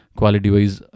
quality-wise